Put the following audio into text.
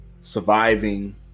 surviving